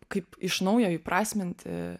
kaip iš naujo įprasminti